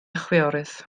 chwiorydd